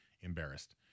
embarrassed